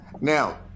Now